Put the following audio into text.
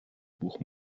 buch